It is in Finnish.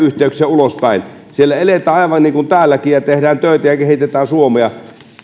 ulospäin siellä eletään aivan niin kuin täälläkin tehdään töitä ja kehitetään suomea